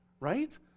right